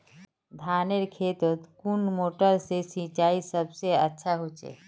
धानेर खेतोत कुन मोटर से सिंचाई सबसे अच्छा होचए?